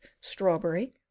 strawberry